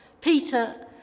Peter